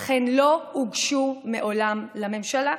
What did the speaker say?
אך הן לא הוגשו מעולם לממשלה.